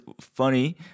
funny